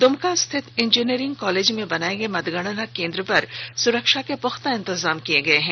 दुमका स्थित engineering college में बनाये गये मतगणना केंद्र पर सुरक्षा के पुख्ता इंतजाम किये गये हैं